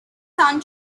son